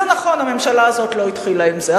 זה נכון, הממשלה הזאת לא התחילה עם זה.